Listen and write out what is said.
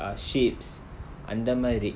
ah ships அந்தமாரி:anthamaari